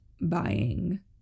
buying